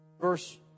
Verse